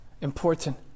important